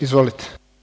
Izvolite.